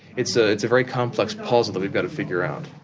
it's ah it's a very complex puzzle that we've got to figure out.